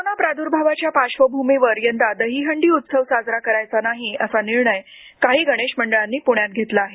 corona प्रादुर्भावाच्या पार्श्वभूमीवर यंदा दहीहंडी उत्सव साजरा करायचा नाही असा निर्णय काही गणेश मंडळांनी प्ण्यात घेतला आहे